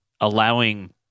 allowing